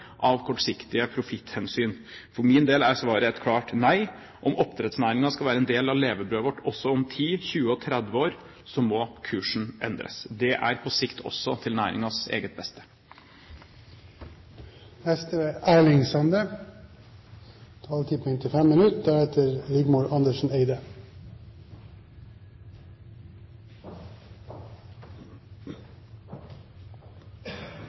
av kortsiktige profitthensyn? For min del er svaret klart nei. Om oppdrettsnæringen skal være en del av levebrødet vårt også om ti, tjue og tretti år, må kursen endres. Det er på sikt også til næringens eget beste.